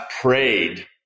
prayed